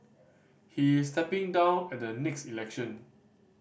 he's stepping down at the next election